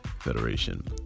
Federation